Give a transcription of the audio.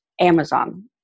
Amazon